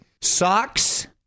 Socks